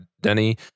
Denny